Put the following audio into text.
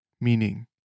meaning